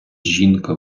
жінка